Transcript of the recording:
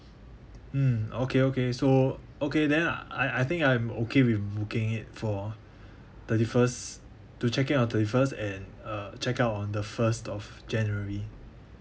mm okay okay so okay then I I I think I'm okay with booking it for thirty first to check in on thirty first and uh check out on the first of january